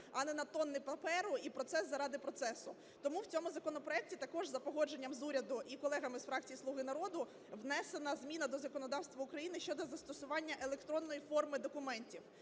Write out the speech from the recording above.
а не на тонни паперу і процес заради процесу. Тому в цьому законопроекті також, за погодженням з урядом і колегами з фракції "Слуги народу", внесена зміна до законодавства України щодо застосування електронної форми документів,